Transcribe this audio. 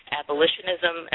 abolitionism